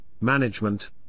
management